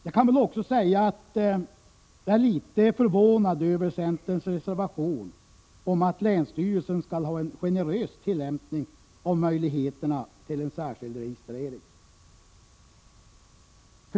Jag kan väl också säga att jag är litet förvånad över centerns reservation om att länsstyrelsen skall ha en generös tillämpning av möjligheterna till särskild registrering.